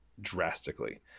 drastically